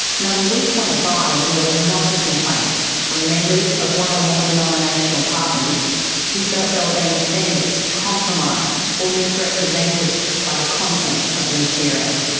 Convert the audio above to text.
not a week went by when there was not a complaint from members of one or more denominational partners who felt they were being offended, compromised or misrepresented by the content of the material.